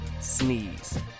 Sneeze